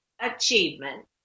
achievement